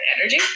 energy